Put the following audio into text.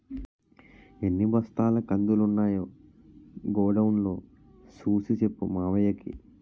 ఎన్ని బస్తాల కందులున్నాయో గొడౌన్ లో సూసి సెప్పు మావయ్యకి